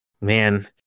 man